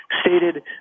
stated